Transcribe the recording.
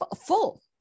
full